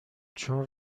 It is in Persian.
چون